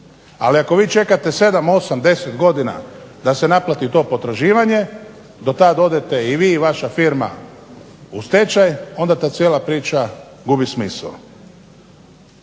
Ali ako vi čekate 7, 8, 10 godina da se naplati to potraživanje do tad odete i vi i vaša firma u stečaj. Onda ta cijela priča gubi smisao.